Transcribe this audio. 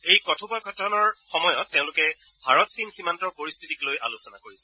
এই কথোপকথনৰ সময়ত তেওঁলোকে ভাৰত চীন সীমান্তৰ পৰিশ্বিতিক লৈ আলোচনা কৰিছিল